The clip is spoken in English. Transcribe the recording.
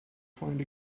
find